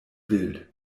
wild